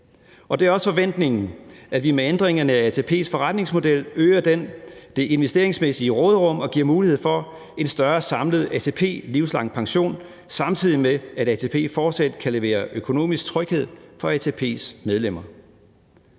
Det er også forventningen, at vi med ændringerne af ATP's forretningsmodel øger det investeringsmæssige råderum og giver mulighed for en større samlet ATP Livslang Pension, samtidig med at ATP fortsat kan levere økonomisk tryghed for ATP's medlemmer.